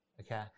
Okay